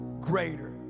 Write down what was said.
greater